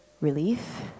relief